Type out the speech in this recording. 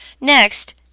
Next